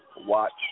watch